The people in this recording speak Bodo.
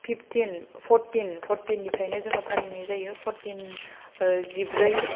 फिप्टिन फरटिननिफ्रायनो जों फालिनाय जायो जिब्रै